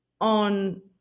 on